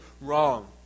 wrong